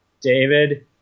David